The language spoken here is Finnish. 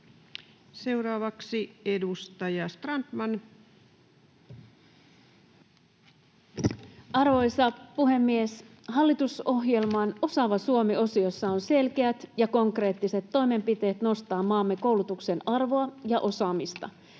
Time: 13:50 Content: Arvoisa puhemies! Hallitusohjelman Osaava Suomi -osiossa on selkeät ja konkreettiset toimenpiteet nostaa maamme koulutuksen arvoa ja osaamista.